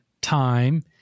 time